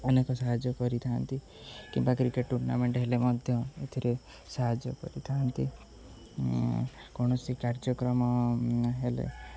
ଅନେକ ସାହାଯ୍ୟ କରିଥାନ୍ତି କିମ୍ବା କ୍ରିକେଟ୍ ଟୁର୍ଣ୍ଣାମେଣ୍ଟ ହେଲେ ମଧ୍ୟ ଏଥିରେ ସାହାଯ୍ୟ କରିଥାନ୍ତି କୌଣସି କାର୍ଯ୍ୟକ୍ରମ ହେଲେ